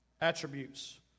Attributes